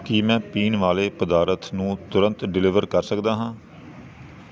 ਕੀ ਮੈਂ ਪੀਣ ਵਾਲੇ ਪਦਾਰਥ ਨੂੰ ਤੁਰੰਤ ਡਿਲੀਵਰ ਕਰ ਸਕਦਾ ਹਾਂ